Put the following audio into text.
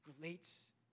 relates